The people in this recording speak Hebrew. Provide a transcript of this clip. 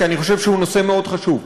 כי אני חושב שהוא נושא מאוד חשוב,